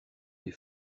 des